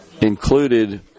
included